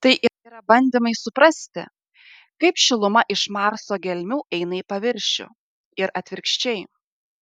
tai yra bandymai suprasti kaip šiluma iš marso gelmių eina į paviršių ir atvirkščiai